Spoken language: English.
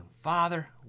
Father